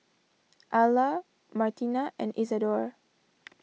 Alla Martina and Isadore